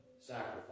sacrifice